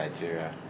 Nigeria